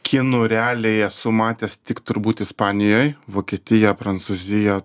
kinų realiai esu matęs tik turbūt ispanijoj vokietija prancūzija